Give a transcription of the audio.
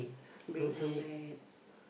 bring